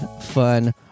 Fun